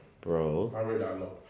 Bro